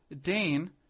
Dane